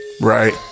Right